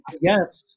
Yes